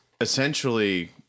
essentially